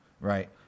Right